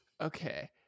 okay